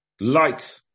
light